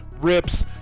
rips